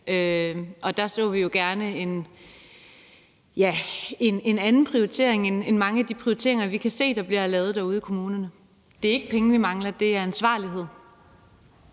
og der så vi jo gerne en anden prioritering end mange af de prioriteringer, vi kan se der bliver lavet derude i kommunerne. Det er ikke penge, vi mangler, det er ansvarlighed.